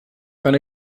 kan